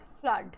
flood